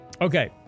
Okay